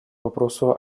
вопросу